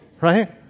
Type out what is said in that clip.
right